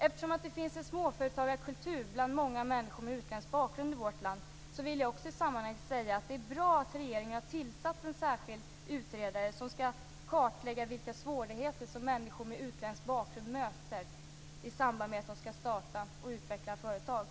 Eftersom det finns en småföretagarkultur bland många människor med utländsk bakgrund i vårt land, vill jag också i sammanhanget säga att det är bra att regeringen har tillsatt en särskild utredare som skall kartlägga vilka svårigheter som människor med utländsk bakgrund möter i samband med att de skall starta och utveckla företag.